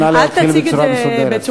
נא להתחיל בצורה מסודרת.